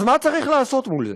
אז מה צריך לעשות מול זה?